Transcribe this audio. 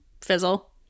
fizzle